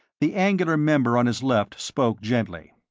the angular member on his left spoke gently,